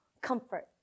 comfort